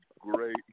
great